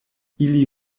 ili